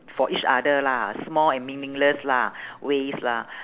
for each other lah small and meaningless lah ways lah